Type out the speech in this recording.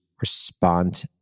respond